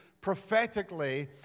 prophetically